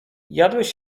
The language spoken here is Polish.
jadłeś